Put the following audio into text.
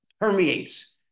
permeates